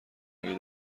اگه